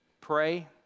pray